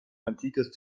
antikes